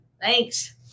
Thanks